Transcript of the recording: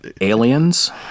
Aliens